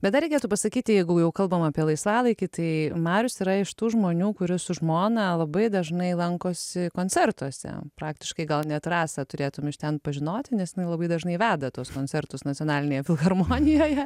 bet dar reikėtų pasakyti jeigu jau kalbam apie laisvalaikį tai marius yra iš tų žmonių kuris su žmona labai dažnai lankosi koncertuose praktiškai gal net rasą turėtum iš ten pažinoti nes labai dažnai veda tuos koncertus nacionalinėje filharmonijoje